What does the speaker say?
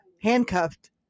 handcuffed